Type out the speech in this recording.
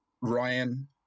Ryan